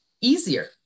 easier